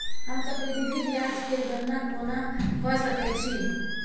हम चक्रबृद्धि ब्याज केर गणना कोना क सकै छी